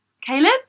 Caleb